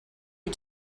you